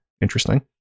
interesting